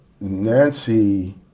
Nancy